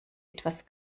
etwas